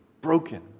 broken